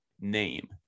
name